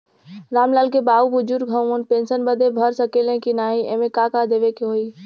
राम लाल के बाऊ बुजुर्ग ह ऊ पेंशन बदे भर सके ले की नाही एमे का का देवे के होई?